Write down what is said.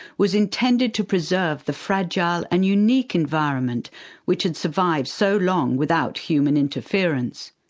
was intended to preserve the fragile and unique environment which had survived so long without human interference.